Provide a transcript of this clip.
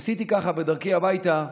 ניסיתי, ככה, בדרכי הביתה,